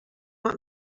want